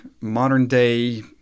modern-day